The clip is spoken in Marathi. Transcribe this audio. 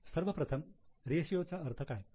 सर्वप्रथम रेषीयोचा अर्थ काय आहे